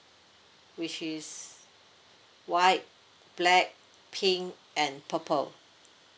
which is white black pink and purple